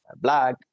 black